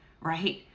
right